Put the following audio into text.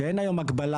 שאין היום הגבלה,